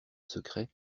secret